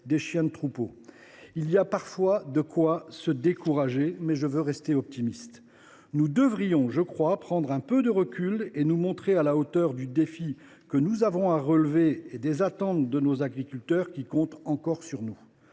des chiens de troupeaux. Il y a parfois de quoi se décourager, mais je veux rester optimiste. Il me semble que nous devrions prendre un peu de recul et nous montrer à la hauteur du défi que nous avons à relever et des attentes de nos agriculteurs, qui comptent encore sur nous.